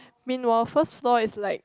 meanwhile first floor is like